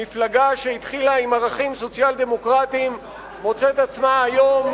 מפלגה שהתחילה עם ערכים סוציאל-דמוקרטיים מוצאת עצמה היום,